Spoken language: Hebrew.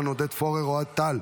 עד 120 והמשך בריאות ועשייה רבה.